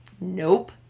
nope